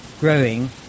growing